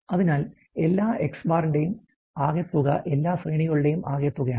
അതിനാൽ എല്ലാ X̄ ന്റെയും ആകെത്തുക എല്ലാ ശ്രേണികളുടെയും ആകെത്തുകയാണ്